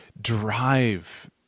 drive